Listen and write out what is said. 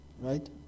Right